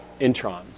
introns